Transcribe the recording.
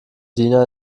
diener